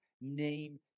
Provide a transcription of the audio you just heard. name